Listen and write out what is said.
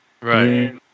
Right